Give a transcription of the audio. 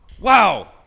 Wow